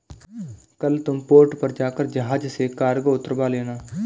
कल तुम पोर्ट पर जाकर जहाज से कार्गो उतरवा लेना